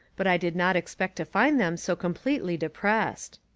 but i did not expect to find them so completely depressed.